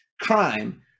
crime